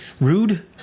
Rude